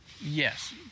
Yes